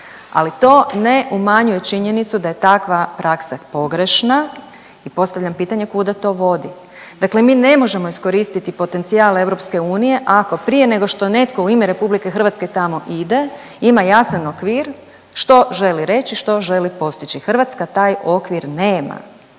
ali to ne umanjuje činjenicu da je takva praksa pogrešna i postavljam pitanje kuda to vodi. Dakle mi ne možemo iskoristiti potencijal EU ako prije nego što netko u ime RH tamo ide ima jasan okvir što želi reći, što želi postići. Hrvatska taj okvir nema.